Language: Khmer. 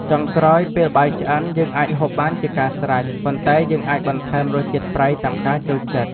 ចុងក្រោយ ពេលបាយឆ្អិនយើងអាចហូបបានជាការស្រេច ប៉ុន្តែយើងអាចបន្ថែមរសជាតិប្រៃតាមការចូលចិត្ត។